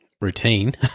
routine